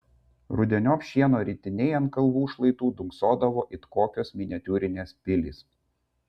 rudeniop šieno ritiniai ant kalvų šlaitų dunksodavo it kokios miniatiūrinės pilys